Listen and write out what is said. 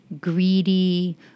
greedy